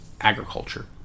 agriculture